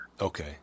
Okay